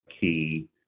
key